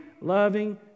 loving